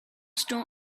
storms